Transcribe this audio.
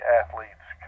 athletes